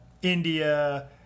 India